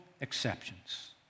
exceptions